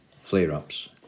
flare-ups